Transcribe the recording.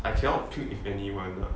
I cannot click with any one lah